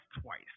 twice